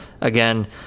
again